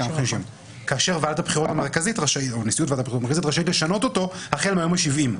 כאשר ועדת הבחירות המרכזית רשאית לשנות אותה החל מהיום השבעים.